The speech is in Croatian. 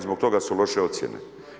Zbog toga su loše ocjene.